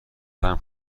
برم